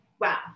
Wow